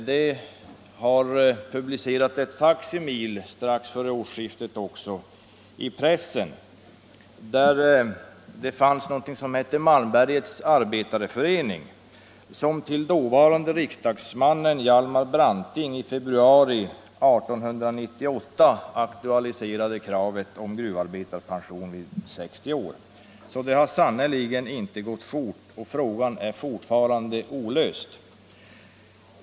Strax före årsskiftet publicerades ett faksimil i pressen. Det fanns någonting som hette Malmbergets Arbetareförening, som till dåvarande riksdagsmannen Hjalmar Branting i februari 1898 aktualiserat kravet på gruvarbetarpension vid 60 år. Så det är sannerligen ingen ny fråga och den är fortfarande olöst.